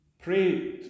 Pray